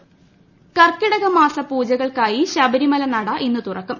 ശബരിമല കർക്കിടക മാസ പൂജകൾക്കായി ശബരിമല നട ഇന്ന് തുറക്കും